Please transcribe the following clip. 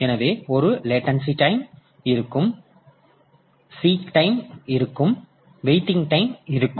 எனவே ஒரு latency time இருக்கும் போது சீக் டைம் உள்ளது ஒரு வெயிட்டிங் டைம் இருக்கும்